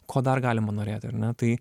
ko dar galima norėti ar ne tai